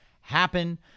happen